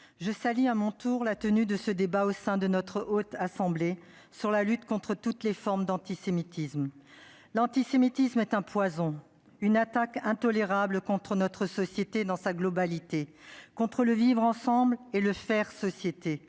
je salue à mon tour l'inscription à l'ordre du jour de la Haute Assemblée de ce débat sur la lutte contre toutes les formes d'antisémitisme. L'antisémitisme est un poison, une attaque intolérable contre notre société dans sa globalité, contre le vivre-ensemble et le « faire société